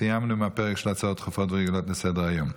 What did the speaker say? סיימנו עם הפרק של הצעות דחופות ורגילות לסדר-היום.